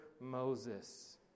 Moses